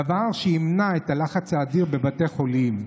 דבר שימנע את הלחץ האדיר בבתי חולים,